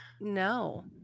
no